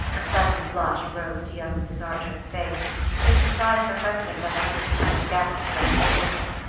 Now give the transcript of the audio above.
a sudden blush rose to young mrs. archer's face it surprised her husband as much as the other guests about the table.